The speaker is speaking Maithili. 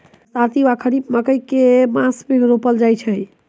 बरसाती वा खरीफ मकई केँ मास मे रोपल जाय छैय?